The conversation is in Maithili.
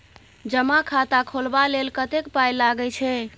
जमा खाता खोलबा लेल कतेक पाय लागय छै